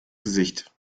gesicht